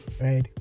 right